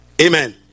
Amen